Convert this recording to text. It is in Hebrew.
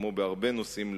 כמו בהרבה נושאים,